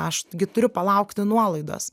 aš gi turiu palaukti nuolaidos